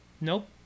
Nope